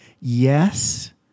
yes